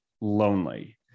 lonely